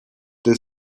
the